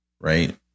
right